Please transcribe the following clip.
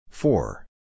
Four